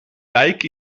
lijk